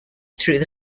through